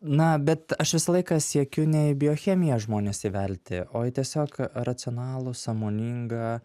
na bet aš visą laiką siekiu ne į biochemiją žmonės įvelti o į tiesiog racionalų sąmoningą